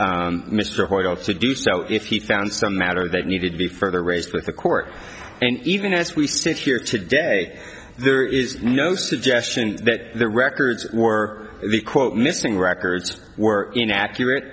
mr hoyle to do so if he found some at they needed to be further raised with the court and even as we sit here today there is no suggestion that the records or the quote missing records were inaccurate